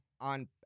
on